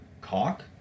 cock